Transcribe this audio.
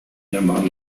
llamados